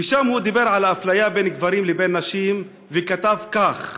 ושם הוא דיבר על האפליה בין גברים לבין נשים וכתב כך: